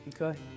Okay